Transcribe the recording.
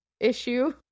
Issue